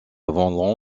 von